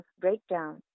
breakdown